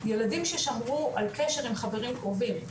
ילדים ששמרו על קשר עם חברים קרובים,